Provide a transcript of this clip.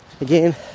again